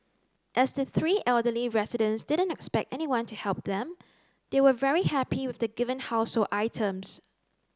as the three elderly residents didn't expect anyone to help them they were very happy with the given household items